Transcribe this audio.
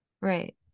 Right